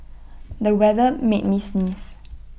the weather made me sneeze